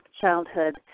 childhood